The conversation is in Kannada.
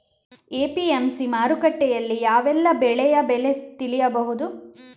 ಎ.ಪಿ.ಎಂ.ಸಿ ಮಾರುಕಟ್ಟೆಯಲ್ಲಿ ಯಾವೆಲ್ಲಾ ಬೆಳೆಯ ಬೆಲೆ ತಿಳಿಬಹುದು?